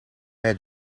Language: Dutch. mij